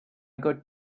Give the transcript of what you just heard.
got